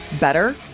better